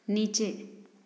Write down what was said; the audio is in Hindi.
नीचे